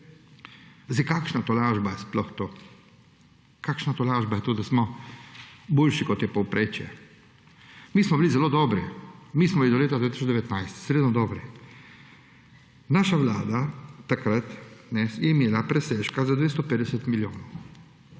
Zdaj, kakšna tolažba je sploh to? Kakšna tolažba je to, da smo boljši, kot je povprečje? Mi smo bili zelo dobri, mi smo bili do leta 2019 izredno dobri. Naša vlada, takrat, je imela presežka za 250 milijonov.